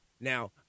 Now